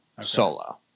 solo